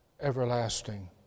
everlasting